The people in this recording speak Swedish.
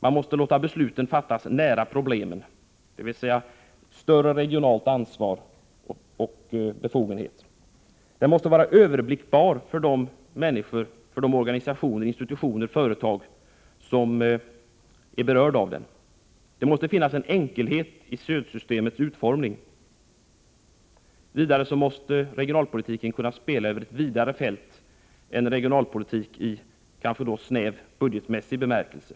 Man måste låta besluten fattas nära problemen, dvs. ge större regionalt ansvar och befogenhet. Regionalpolitiken måste vara överblickbar för de människor, organisationer, institutioner och företag som berörs. Det måste finnas en enkelhet i stödsystemets utformning. Vidare måste man kunna spela över ett vidare fält än regionalpolitik i snäv, budgetmässig bemärkelse.